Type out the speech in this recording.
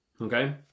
Okay